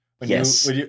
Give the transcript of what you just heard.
Yes